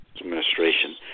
administration